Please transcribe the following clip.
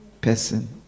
person